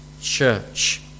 church